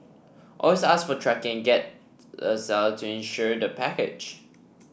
always ask for tracking get the seller to insure the package